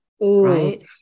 right